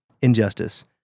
injustice